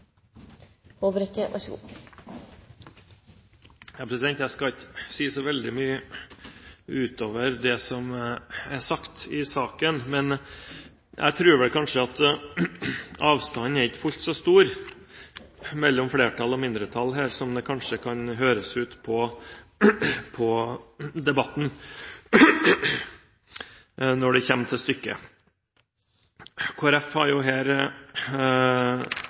ikke si så veldig mye mer utover det som er sagt i saken, men jeg tror vel kanskje at avstanden ikke er fullt så stor mellom flertall og mindretall her som det kanskje kan høres ut som i debatten, når det kommer til stykket. Kristelig Folkeparti støtter her